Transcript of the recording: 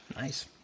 Nice